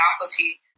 faculty